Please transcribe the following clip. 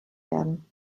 werden